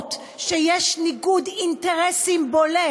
לראות שיש ניגוד אינטרסים בולט,